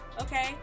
Okay